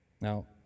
Now